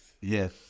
Yes